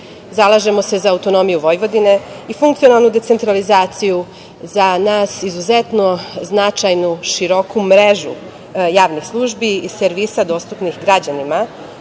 Zalažemo se za autonomiju Vojvodine i funkcionalnu decentralizaciju za nas izuzetno značajnu, široku mrežu javnih službi o servisa dostupnih građanima